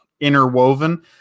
interwoven